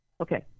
Okay